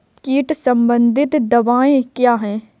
कीट संबंधित दवाएँ क्या हैं?